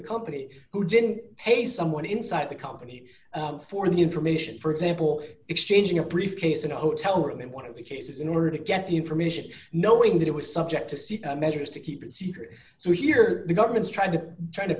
the company who didn't pay someone inside the company for the information for example exchanging a briefcase in a hotel room in one of the cases in order to get the information knowing that it was subject to see measures to keep it secret so here the government's trying to trying to